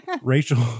Rachel